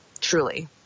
truly